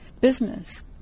business